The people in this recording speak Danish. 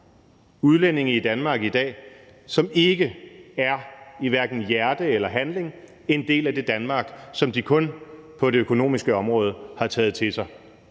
udlændinge i Danmark i dag, som ikke i hverken hjerte eller handling er en del af Danmark, som de kun på det økonomiske område har taget til sig.